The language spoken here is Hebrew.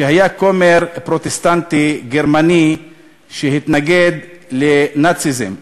שהיה כומר פרוטסטנטי גרמני שהתנגד לנאציזם.